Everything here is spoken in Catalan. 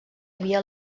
havia